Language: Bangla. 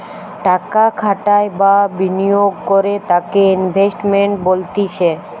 টাকা খাটাই বা বিনিয়োগ করে তাকে ইনভেস্টমেন্ট বলতিছে